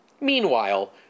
Meanwhile